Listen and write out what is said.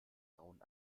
grauen